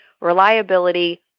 reliability